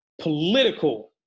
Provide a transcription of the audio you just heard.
political